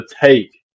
take